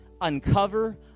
uncover